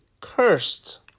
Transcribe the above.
cursed